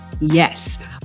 Yes